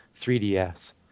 3DS